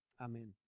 Amen